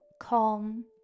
calm